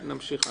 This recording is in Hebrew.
ונמשיך הלאה.